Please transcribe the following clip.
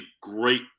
great